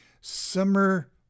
Summer